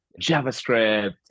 JavaScript